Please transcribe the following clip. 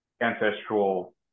ancestral